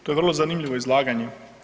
To je vrlo zanimljivo izlaganje.